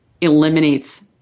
eliminates